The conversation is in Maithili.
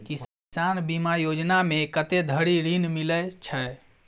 किसान बीमा योजना मे कत्ते धरि ऋण मिलय छै?